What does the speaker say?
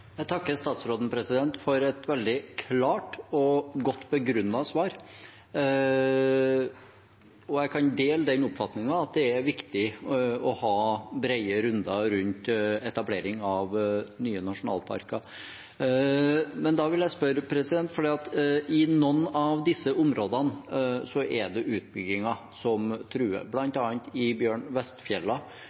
Jeg takker statsråden for et veldig klart og godt begrunnet svar. Jeg kan dele den oppfatningen at det er viktig å ha brede runder rundt etablering av nye nasjonalparker. Men da vil jeg spørre, for i noen av disse områdene er det utbygginger som truer, bl.a. i Bjørn